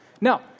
Now